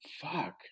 fuck